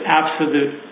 absolute